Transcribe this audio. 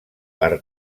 per